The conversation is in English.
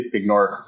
ignore